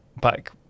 back